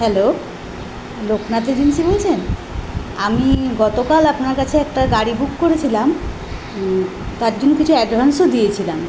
hello Loknath agency বলছেন আমি গতকাল আপনার কাছে একটা গাড়ি বুক করেছিলাম তার জন্য কিছু অ্যাডভান্সও দিয়েছিলাম